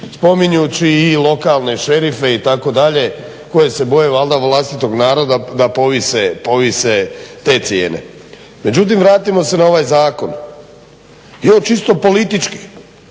spominjući i lokalne šerife itd. koji se boje valjda vlastitog naroda da povise te cijene. Međutim vratimo se na ovaj zakon. Evo čisto politički